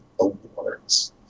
awards